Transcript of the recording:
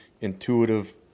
intuitive